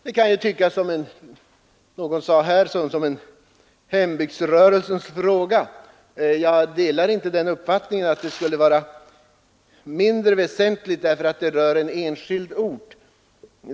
Det här kan ju, som någon talare förut sade, tyckas vara en hembygdsrörelsefråga. Jag delar inte den uppfattningen att frågan skulle vara mindre väsentlig därför att det rör sig om en enskild ort.